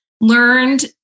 learned